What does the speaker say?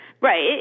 right